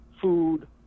food